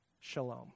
shalom